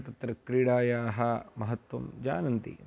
तत्र क्रीडायाः महत्वं जानन्ति